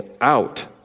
out